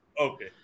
Okay